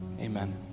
amen